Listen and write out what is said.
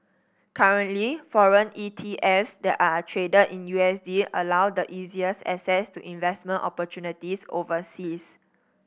currently foreign ETFs that are traded in U S D allow the easiest access to investment opportunities overseas